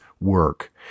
work